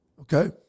okay